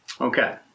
Okay